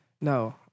No